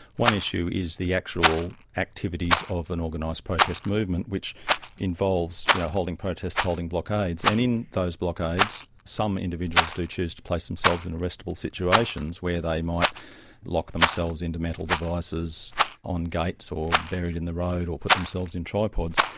one issue is the actual activities of an organised protest movement which involves you know holding protests, holding blockades, and in those blockades some individuals do choose to place themselves in arrestable situations where they might lock themselves into metal devices on gates or buried in the road or put themselves in tripods.